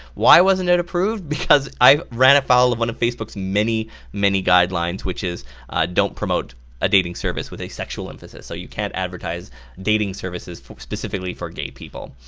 why wasn't it approved? because i ran afoul of one of facebook's many many guidelines, which is don't promote a dating service with a sexual emphasis, so you can't advertise dating services specifically for gay people.